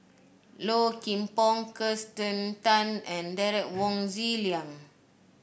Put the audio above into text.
Low Kim Pong Kirsten Tan and Derek Wong Zi Liang